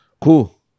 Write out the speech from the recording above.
Cool